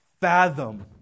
fathom